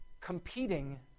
competing